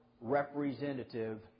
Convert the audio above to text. representative